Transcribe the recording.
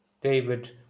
David